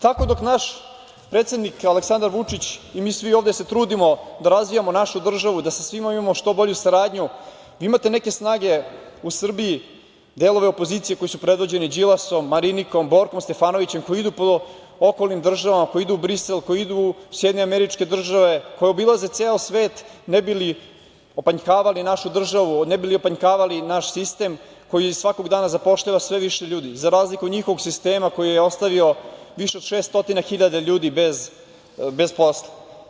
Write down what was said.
Tako, dok se naš predsednik Aleksandar Vučić i mi svi ovde trudimo da razvijamo našu državu, da sa svima imamo što bolju saradnju, vi imate neke snage u Srbiji, delove opozicije koji su predvođeni Đilasom, Marinikom, Borkom Stefanovićem koji idu po okolnom državama, koji idu u Brisel, koji idu u SAD, koji obilaze ceo svet ne bi li opanjkavali našu državu, ne bi li opanjkavali naš sistem koji svakog dana zapošljava sve više ljudi za razliku od njihovog sistema koji je ostavio više od 600.000 ljudi bez posla.